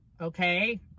okay